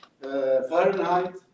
Fahrenheit